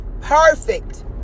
perfect